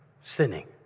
sinning